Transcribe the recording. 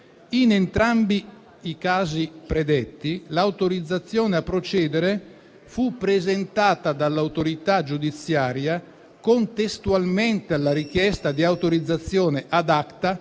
In entrambi i casi predetti, l'autorizzazione a procedere fu presentata dall'autorità giudiziaria contestualmente alla richiesta di autorizzazione *ad acta*,